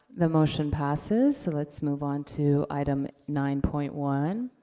the motion passes. let's move on to item nine point one.